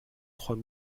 trois